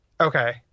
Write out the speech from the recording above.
Okay